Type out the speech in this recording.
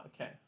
okay